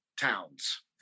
towns